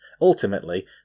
Ultimately